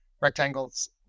Rectangle's